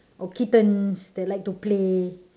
or kittens that like to play